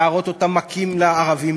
לראות אותם מכים את הערבים,